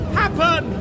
happen